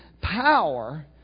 power